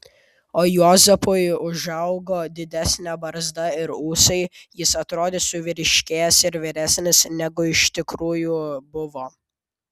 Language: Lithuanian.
o juozapui užaugo didesnė barzda ir ūsai jis atrodė suvyriškėjęs ir vyresnis negu iš tikrųjų buvo